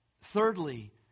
Thirdly